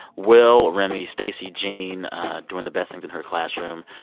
will, remy, stacy, jean doing the best things in her classroom.